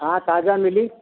हाँ ताज़ा मिली